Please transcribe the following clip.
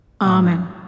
Amen